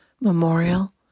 Memorial